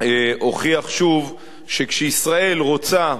הוכיח שוב שכשישראל רוצה יחדיו,